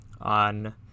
on